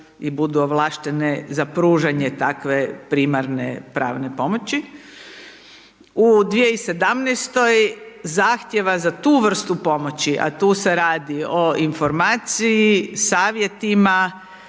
i budu ovlaštene za pružanje takve primarne pravne pomoći. U 2017. zahtjeva za tu vrstu pomoći, a tu se radi o informaciji, savjetima,